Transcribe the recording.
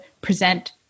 present